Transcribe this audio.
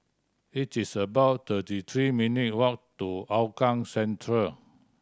it is about thirty three minute' walk to Hougang Central